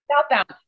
Southbound